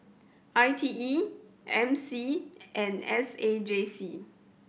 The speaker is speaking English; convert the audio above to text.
I T E M C and S A J C